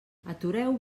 atureu